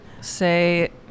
Say